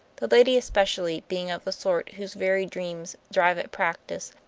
the lady especially, being of the sort whose very dreams drive at practice,